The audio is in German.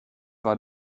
war